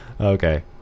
Okay